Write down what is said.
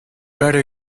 better